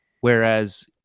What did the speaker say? Whereas